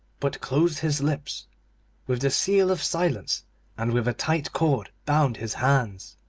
but closed his lips with the seal of silence and with a tight cord bound his hands,